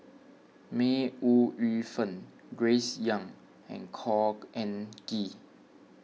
May Ooi Yu Fen Grace Young and Khor Ean Ghee